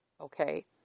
Okay